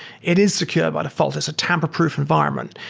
it is secure by default. it's a tamper-proof environment.